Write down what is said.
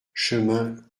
chemin